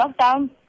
lockdown